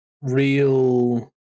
Real